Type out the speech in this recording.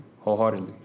wholeheartedly